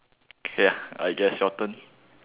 ya I guess your turn